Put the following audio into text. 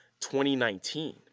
2019